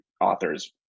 authors